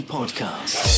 Podcast